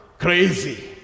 crazy